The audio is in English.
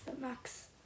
Max